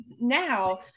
now